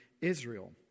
Israel